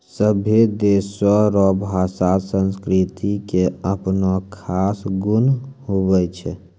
सभै देशो रो भाषा संस्कृति के अपनो खास गुण हुवै छै